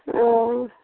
ओ